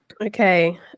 Okay